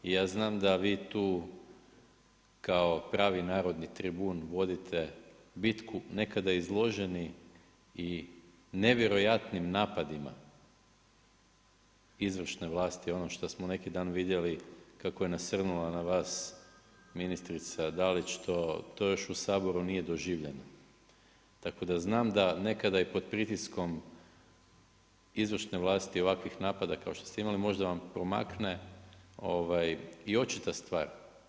Ja znam da vi tu kao pravi narodni tribun vodite bitku nekada izloženi i nevjerojatnim napadima izvršne vlasti, ono što smo neki dan vidjeli, kako je nasrnula na vas ministrica Dalić, to još u Saboru nije doživljeno, tako da znam da nekada i pod pritiskom izvršne vlasti i ovakvih napada kao što ste imali, možda vam promakne i očita stvar.